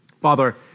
Father